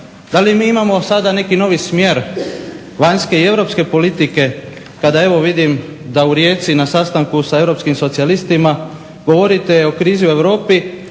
da li mi imamo sada neki novi smjer vanjske i europske politike, kada evo vidim da u Rijeci na sastanku s Europskim socijalistima govorite o krizi u Europi